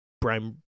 Brian